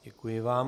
Děkuji vám.